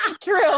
True